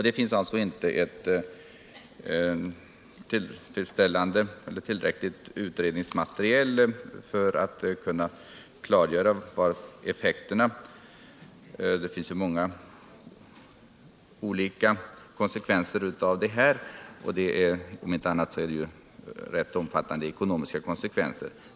Det finns inte tillräckligt utredningsmaterial för att klargöra effekterna äv en sådan förändring. Dessa skulle ju bli många. Om inte annat skulle de bli rätt omfattande på det ekonomiska området.